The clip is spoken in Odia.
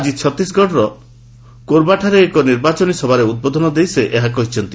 ଆଜି ଛତିଶଗଡ଼ର କୋର୍ବାଠାରେ ଏକ ନିର୍ବାଚନୀ ସଭାରେ ଉଦ୍ବୋଧନ ଦେଇ ସେ ଏହା କହିଛନ୍ତି